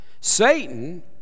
Satan